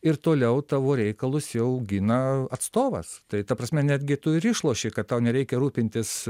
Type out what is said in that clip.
ir toliau tavo reikalus jau augina atstovas tai ta prasme netgi tu ir išloši kad tau nereikia rūpintis